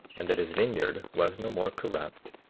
and that his vineyard was no more corrupt,